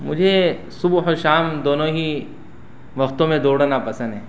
مجھے صبح و شام دونوں ہی وقتوں میں دوڑنا پسند ہے